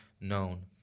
known